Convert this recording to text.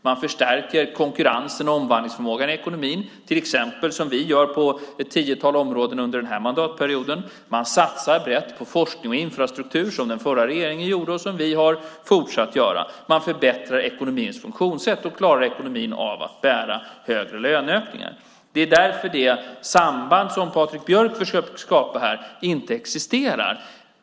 Man förstärker konkurrensen och omvandlingsförmågan i ekonomin, till exempel såsom vi gör på ett tiotal områden under den här mandatperioden. Man satsar brett på forskning och infrastruktur, som den förra regeringen gjorde och som vi har fortsatt att göra. Man förbättrar ekonomins funktionssätt. Då klarar ekonomin av att bära högre löneökningar. Det är därför det samband som Patrik Björck här försöker skapa inte existerar.